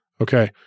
okay